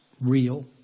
real